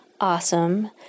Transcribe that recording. awesome